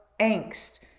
angst